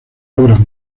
obras